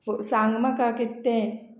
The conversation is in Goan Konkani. सांग म्हाका कित् तें